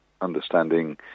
understanding